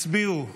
הצביעו 115,